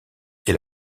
est